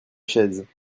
chaises